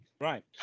Right